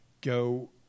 go